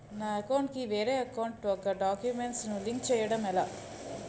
నా అకౌంట్ కు వేరే అకౌంట్ ఒక గడాక్యుమెంట్స్ ను లింక్ చేయడం ఎలా?